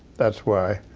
that's why,